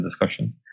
discussion